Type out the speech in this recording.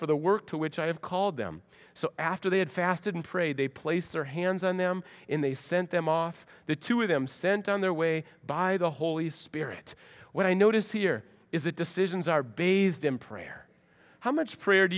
for the work to which i have called them so after they had fasted and prayed they placed their hands on them in they sent them off the two of them sent on their way by the holy spirit what i notice here is that decisions are bathed in prayer how much prayer do